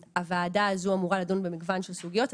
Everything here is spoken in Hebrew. הוועדה הזו אמורה לדון במגוון של סוגיות.